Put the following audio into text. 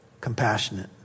compassionate